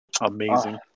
amazing